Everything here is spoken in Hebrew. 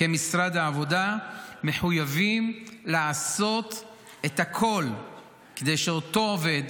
כמשרד העבודה מחויבים לעשות את הכול כדי שאותו עובד